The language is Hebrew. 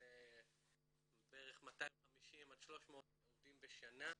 בערך 250-300 עובדים בשנה,